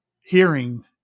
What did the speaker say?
hearing